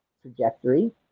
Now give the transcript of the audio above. trajectory